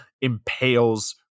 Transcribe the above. impales